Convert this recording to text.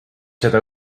seda